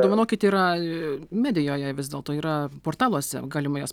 dovanokit yra medijoje vis dėlto yra portaluose galima jas